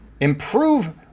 improve